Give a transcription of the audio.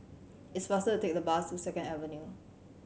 it's faster to take the bus to Second Avenue